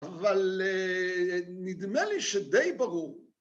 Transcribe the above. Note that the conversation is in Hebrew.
אבל נדמה לי שדי ברור.